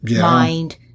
mind